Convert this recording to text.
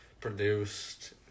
produced